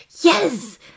Yes